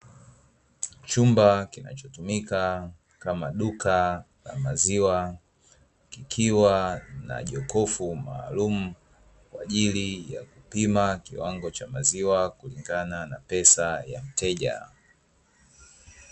Chumba kinachotumika kama duka la maziwa, kikiwa na jokofu maalumu kwa ajili ya kupima kiwango cha maziwa kulingana na pesa ya mteja.